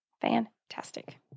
fantastic